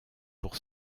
pour